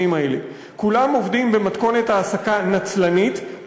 האלה: כולם עובדים במתכונת העסקה נצלנית,